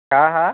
हा हा